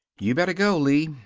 you better go, lee.